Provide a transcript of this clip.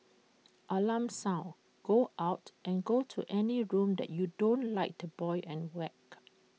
alarm sound go out and go to any room that you don't like the boy and whacked